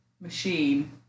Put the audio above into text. machine